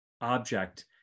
object